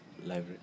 library